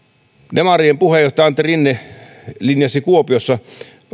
demarien puheenjohtaja antti rinne linjasi kuopiossa